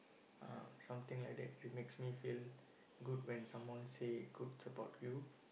uh something like that it makes me feel good when someone say good about you